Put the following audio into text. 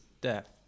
death